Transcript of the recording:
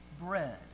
bread